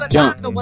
Jump